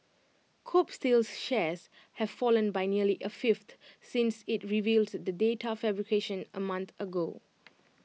Kobe steel's shares have fallen by nearly A fifth since IT revealed the data fabrication A month ago